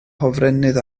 hofrennydd